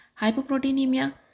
Hypoproteinemia